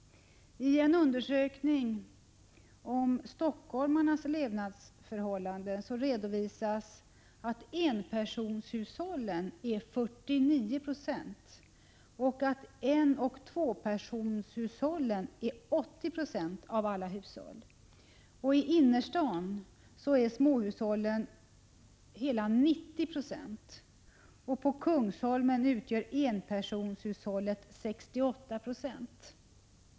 I en undersökning av stockholmarnas levnadsförhållanden redovisas att enpersonshushållen är 49 26 och att enoch tvåpersonershushållen är 80 26 av alla hushåll. I innerstaden utgör småhushållen 90 96. På Kungsholmen utgör enpersonshushållen 68 70.